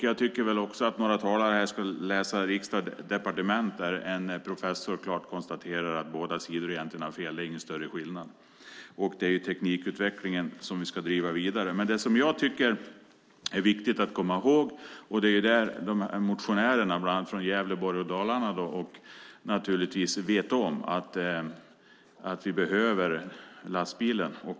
Jag tycker också att några talare här ska läsa Riksdag & Departement där en professor klart konstaterar att båda sidor egentligen har fel. Det är ingen större skillnad. Det är teknikutvecklingen som vi ska driva vidare. Det jag tycker är viktigt att komma ihåg, som motionärerna bland annat från Gävleborg och Dalarna naturligtvis vet om, är att vi behöver lastbilen.